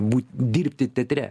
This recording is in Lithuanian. būt dirbti teatre